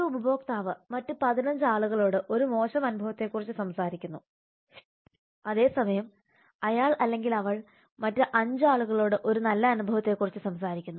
ഒരു ഉപഭോക്താവ് മറ്റ് 15 ആളുകളോട് ഒരു മോശം അനുഭവത്തെക്കുറിച്ച് സംസാരിക്കുന്നു അതേസമയം അയാൾഅവൾ മറ്റ് 5 ആളുകളോട് ഒരു നല്ല അനുഭവത്തെക്കുറിച്ച് സംസാരിക്കുന്നു